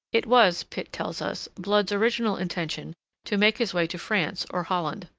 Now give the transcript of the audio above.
it was, pitt tells us, blood's original intention to make his way to france or holland.